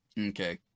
Okay